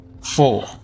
Four